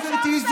גברתי,